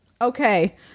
Okay